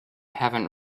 haven’t